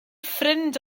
ffrind